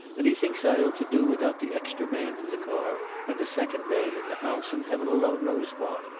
and he thinks i ought to do without the extra man for the car, and the second man in the house, and heaven alone knows what.